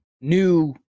new